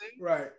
right